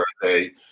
birthday